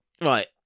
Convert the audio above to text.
Right